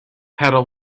pedal